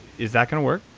is that going to work?